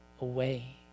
away